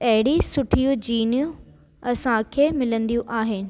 अहिड़ियूं सुठियूं जीनूं असां खे मिलंदियूं आहिनि